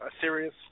serious